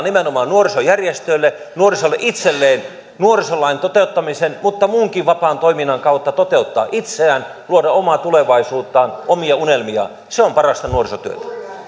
nimenomaan nuorisojärjestöille nuorisolle itselleen nuorisolain toteuttamisen mutta muunkin vapaan toiminnan kautta mahdollisuus toteuttaa itseään luoda omaa tulevaisuuttaan omia unelmiaan se on parasta nuorisotyötä